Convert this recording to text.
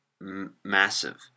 massive